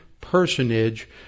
personage